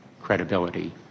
credibility